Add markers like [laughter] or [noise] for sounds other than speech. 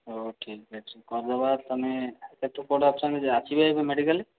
ହଉ ଠିକ୍ ଅଛି କର୍ଦବା ତମେ [unintelligible] କେଉଁଠି ଅଛନ୍ତି ସେ ଆସି ଏବେ ମେଡ଼ିକାଲ୍